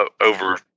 over